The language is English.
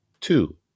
two